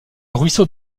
ruisseau